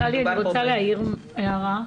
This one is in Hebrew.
אני רוצה להעיר הערה.